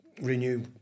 renew